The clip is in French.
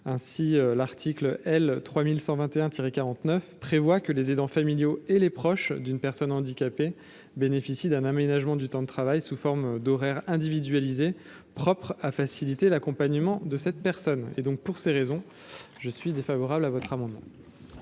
du travail prévoit que les aidants familiaux et les proches d’une personne handicapée bénéficient d’un aménagement du temps de travail sous forme d’horaires individualisés propres à faciliter l’accompagnement de cette personne. Pour ces raisons, je suis défavorable à votre amendement.